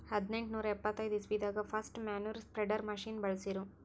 ಹದ್ನೆಂಟನೂರಾ ಎಪ್ಪತೈದ್ ಇಸ್ವಿದಾಗ್ ಫಸ್ಟ್ ಮ್ಯಾನ್ಯೂರ್ ಸ್ಪ್ರೆಡರ್ ಮಷಿನ್ ಬಳ್ಸಿರು